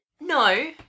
No